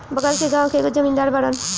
बगल के गाँव के एगो जमींदार बाड़न